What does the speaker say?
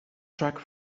track